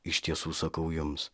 iš tiesų sakau jums